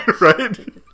Right